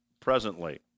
presently